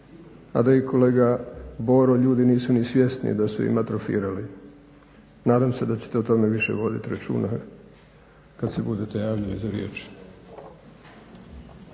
a da i kolega Boro ljudi nisu svjesni da su im atrofirali. Nadam se da ćete o tome više voditi računa kad se budete javljali za riječ.